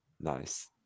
Nice